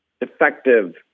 defective